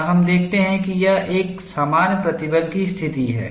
और हम देखते हैं कि यह एक सामान्य प्रतिबल की स्थिति है